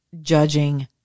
judging